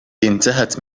انتهت